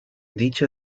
dicha